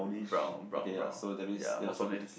brown brown brown ya most probably is the same